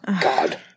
God